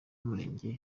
umurenge